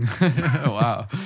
Wow